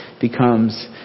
becomes